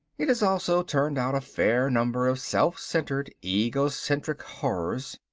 it has also turned out a fair number of self-centered, egocentric horrors.